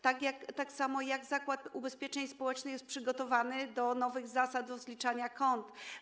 Tak samo: Jak Zakład Ubezpieczeń Społecznych jest przygotowany do nowych zasad rozliczania kont?